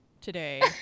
today